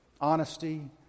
honesty